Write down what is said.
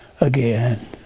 again